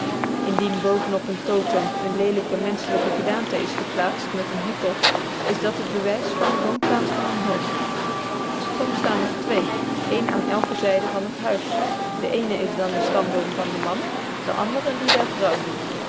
indien boven op een totem een leelijke menschelijke gedaante is geplaatst met een hoed op is dat het bewijs van de woonplaats van een hoofd soms staan er twee één aan elke zijde van het huis de eene is dan de stamboom van den man de andere die der vrouw